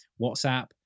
WhatsApp